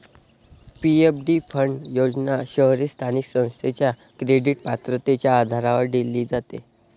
PFD fund योजना शहरी स्थानिक संस्थेच्या क्रेडिट पात्रतेच्या आधारावर दिली जाते